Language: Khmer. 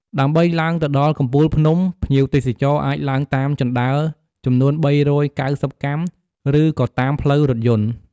ដើម្បីឡើងទៅដល់កំពូលភ្នំ ភ្ញៀវទេសចរអាចឡើងតាមជណ្ដើរចំនួន ៣៩០ កាំ ឬក៏តាមផ្លូវរថយន្ត។